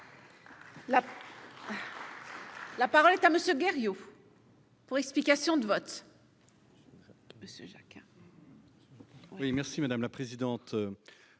La parole est à M. Joël Guerriau, pour explication de vote.